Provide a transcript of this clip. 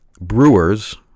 brewers